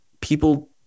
people